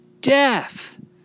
death